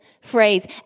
phrase